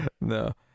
No